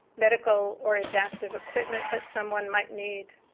medical or adaptive equipment that someone might need,